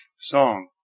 song